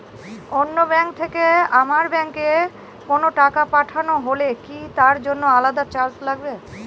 অন্য ব্যাংক থেকে আমার ব্যাংকে কোনো টাকা পাঠানো হলে কি তার জন্য আলাদা চার্জ লাগে?